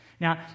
Now